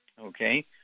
okay